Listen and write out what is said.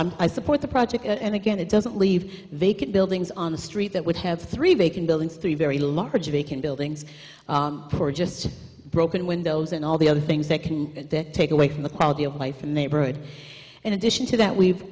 on i support the project and again it doesn't leave vacant buildings on the street that would have three vacant buildings three very large vacant buildings or just broken windows and all the other things that can take away from the quality of life and neighborhood in addition to that we've